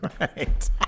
Right